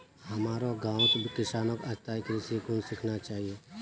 हमारो गांउत किसानक स्थायी कृषिर गुन सीखना चाहिए